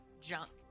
junk